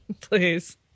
please